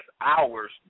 hours